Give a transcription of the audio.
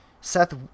Seth